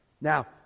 Now